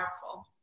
powerful